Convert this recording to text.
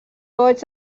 goigs